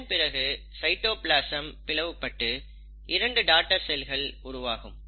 இதன்பிறகு சைட்டோபிளாசம் பிளவுபட்டு 2 டாடர் செல்கள் உருவாகும்